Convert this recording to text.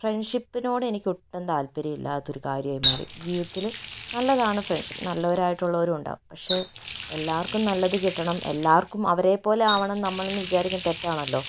ഫ്രണ്ട്ഷിപ്പിനോട് എനിക്ക് ഒട്ടും താല്പര്യം ഇല്ലാത്തൊരു കാര്യമായി മാറി ജീവിതത്തില് നല്ലതാണു ഫ്രണ്ട്ഷിപ്പ് നല്ലവരായിട്ടുള്ളവരും ഉണ്ടാവും പക്ഷെ എല്ലാവർക്കും നല്ലത് കിട്ടണം എല്ലാവർക്കും അവരെപ്പോലെ ആവണം നമ്മളെന്നു വിചാരിക്കണത് തെറ്റാണല്ലോ